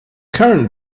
current